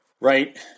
Right